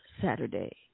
Saturday